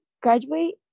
graduate